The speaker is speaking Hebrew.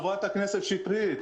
חברת הכנסת שטרית,